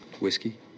Whiskey